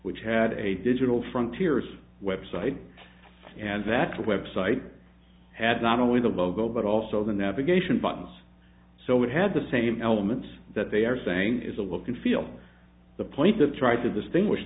which had a digital frontier's website and that website had not only the logo but also the navigation buttons so it had the same elements that they are saying is a look and feel the police have tried to distinguish